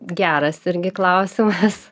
geras irgi klausimas